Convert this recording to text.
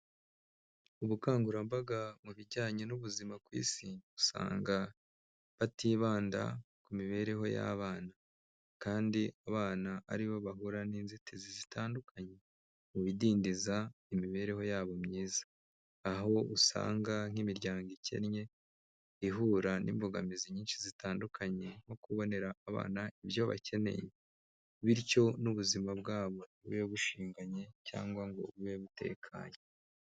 Ubukangurambaga mu bijyanye n'ubuzima ku isi, usanga batibanda ku mibereho y'abana kandi abana aribo bahura n'inzitizi zitandukanye mu bidindiza imibereho yabo myiza, aho usanga nk'imiryango ikennye ihura n'imbogamizi nyinshi zitandukanye nko kubonera abana ibyo bakeneye, bityo n'ubuzima bwabo nti bube bushinganye cyangwa ngo bube butekanye.